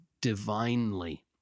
divinely